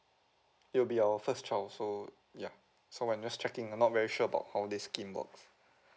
it will be our first child so yeah so I'm just checking I'm not very sure about how this scheme works